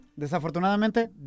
desafortunadamente